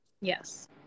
yes